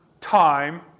time